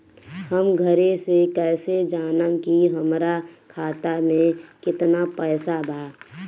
हम घरे से कैसे जानम की हमरा खाता मे केतना पैसा बा?